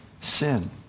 sin